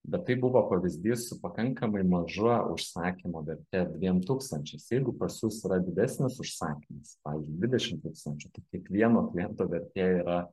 bet tai buvo pavyzdys su pakankamai maža užsakymo verte dviem tūkstančiais nes jeigu pas jus yra didesnis užsakymas pavyzdžiui dvidešim tūkstančių tai kiekvieno kliento vertė yra